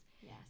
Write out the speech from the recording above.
Yes